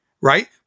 Right